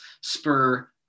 spur